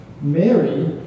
Mary